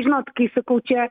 žinot kai sakau čia